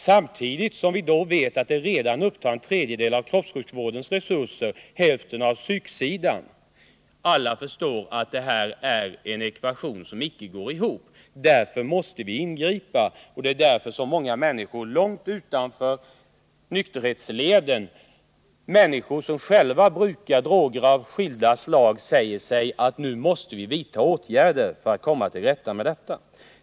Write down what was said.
Samtidigt vet vi att alkoholvården redan upptar en tredjedel av kroppssjukvårdens resurser och hälften av psyksidans resurser. Vad skulle en fyrdubbling av skadorna innebära för den samlade vårdapparaten t.ex.? Alla förstår att den här ekvationen icke går ihop, och därför måste vi ingripa. Många människor även utanför nykterhetsleden — människor som själva brukar droger av skilda slag — säger sig också numera att vi är tvungna att vidta åtgärder för att komma till rätta med problemen.